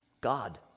God